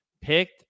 picked